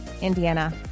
Indiana